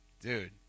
dude